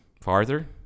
Farther